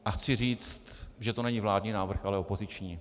A chci říct, že to není vládní návrh, ale opoziční.